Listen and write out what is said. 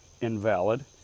invalid